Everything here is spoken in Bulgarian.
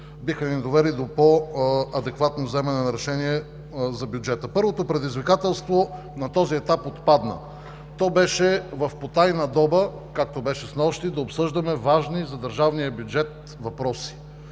биха ни довели до по-адекватно вземане на решение за бюджета. Първото предизвикателство на този етап отпадна. То беше в потайна доба, както беше снощи, да обсъждаме важни за държавния бюджет въпроси.